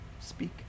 speak